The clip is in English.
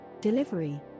delivery